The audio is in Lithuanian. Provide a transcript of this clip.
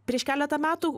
prieš keletą metų